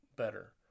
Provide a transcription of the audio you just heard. better